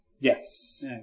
Yes